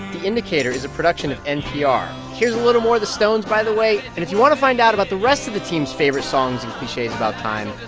the indicator is a production of npr. here's a little more of the stones, by the way. and if you want to find out about the rest of the team's favorite songs and cliches about time,